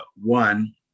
one